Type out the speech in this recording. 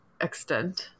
Extent